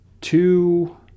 two